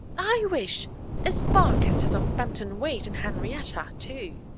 i wish a spark had set off benton wade and henrietta, too.